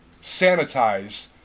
sanitize